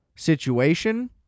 situation